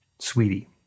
sweetie